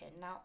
Now